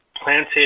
planted